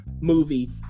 movie